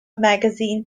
magazine